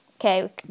Okay